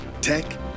tech